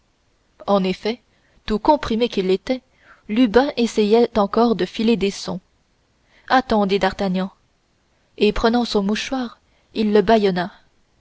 en effet tout comprimé qu'il était lubin essayait encore de filer des sons attends dit d'artagnan et prenant son mouchoir il le bâillonna